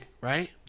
right